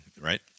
right